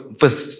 first